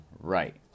right